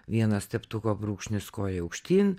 vienas teptuko brūkšnis koja aukštyn